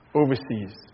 overseas